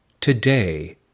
today